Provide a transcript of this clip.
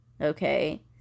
okay